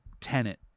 Tenet